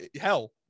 Hell